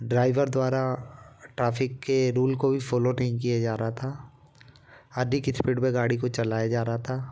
driver द्वारा traffic के rule को भी फॉलो नहीं किया जा रहा था अधिक स्पीड पे गाड़ी को चलाया जा रहा था